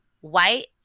white